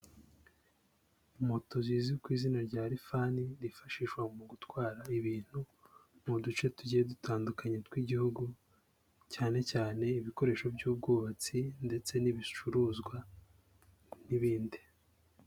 Moto zizwi ku izina rya lifani zifashishwa mu gutwara ibintu mu duce tugiye dutandukanye tw'igihugu cyane cyane ibikoresho by'ubwubatsi ndetse n'ibicuruzwa n'ibindi.